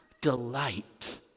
delight